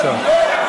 תוריד את השר.